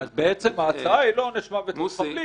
אז בעצם ההצעה היא לא עונש מוות למחבלים,